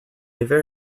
very